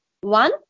One